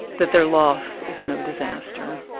that their loss is no disaster.